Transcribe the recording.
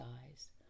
eyes